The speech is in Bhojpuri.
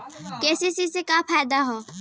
के.सी.सी से का फायदा ह?